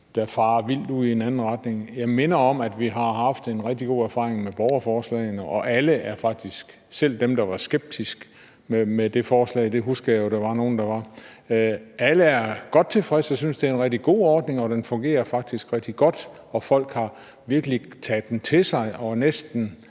der farer vild og går i en anden retning. Jeg vil minde om, at vi har haft rigtig gode erfaringer med borgerforslagene, og alle, selv dem, der var skeptiske over for det – det husker jeg at der jo var nogle der var – er godt tilfredse og synes, det er en rigtig god ordning, og at den faktisk fungerer rigtig godt. Folk har virkelig taget det til sig, og næsten